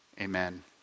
Amen